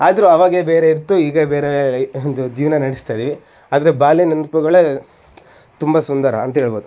ಆದರೂ ಆವಾಗೇ ಬೇರೆ ಇತ್ತು ಈಗೇ ಬೇರೆ ಒಂದು ಜೀವನ ನಡೆಸ್ತಾ ಇದ್ದೀವಿ ಆದರೆ ಬಾಲ್ಯ ನೆನಪುಗಳೇ ತುಂಬ ಸುಂದರ ಅಂತ ಹೇಳ್ಬೋದು